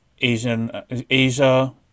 Asia